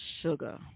sugar